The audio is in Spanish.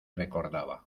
recordaba